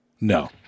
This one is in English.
No